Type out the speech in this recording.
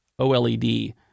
OLED